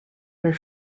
her